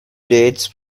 dates